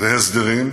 והסדרים,